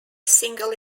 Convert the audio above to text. single